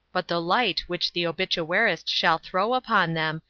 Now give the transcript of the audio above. but the light which the obituarist shall throw upon them,